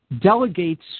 delegates